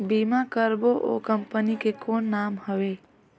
बीमा करबो ओ कंपनी के कौन नाम हवे?